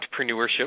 entrepreneurship